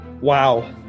Wow